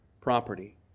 property